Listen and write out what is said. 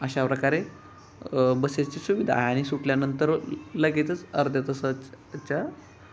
अशा प्रकारे बसेसची सुविधा आणि सुटल्यानंतर लगेचच अर्ध्या तासांच्या